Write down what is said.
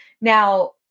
now